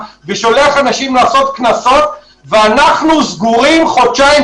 ויש מדינות עכשיו שנכנסות לסגר מלא וקשה לא פחות מאשר אצלנו.